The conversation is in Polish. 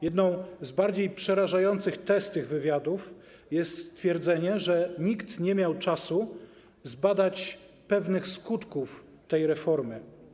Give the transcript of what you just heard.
Jedną z bardziej przerażających tez tych wywiadów jest stwierdzenie, że nikt nie miał czasu zbadać pewnych skutków tej reformy.